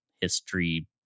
history